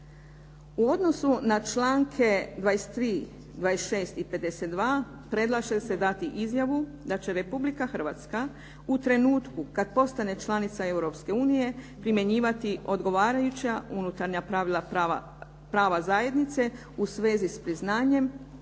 U odnosu na članke 23., 26. i 52. predlaže se dati izjavu da će Republika Hrvatska u trenutku kad postane članica Europske unije primjenjivati odgovarajuća unutarnja pravila prava zajednice u svezi s priznanjem